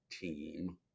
team